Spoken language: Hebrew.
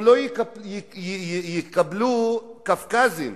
גם לא יקבלו קווקזים.